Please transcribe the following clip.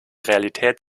realität